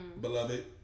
Beloved